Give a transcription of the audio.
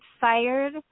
fired